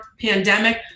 pandemic